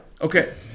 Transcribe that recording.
okay